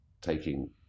taking